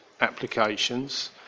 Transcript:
applications